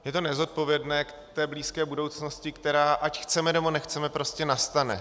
Je to nezodpovědné k té blízké budoucnosti, která, ať chceme, nebo nechceme, prostě nastane.